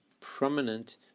prominent